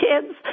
kids